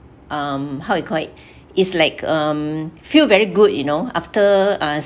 um how you call it is like um feel very good you know after uh